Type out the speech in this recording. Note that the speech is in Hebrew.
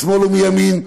משמאל ומימין,